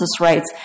rights